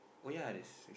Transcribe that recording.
two lah